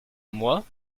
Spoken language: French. moi